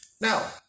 now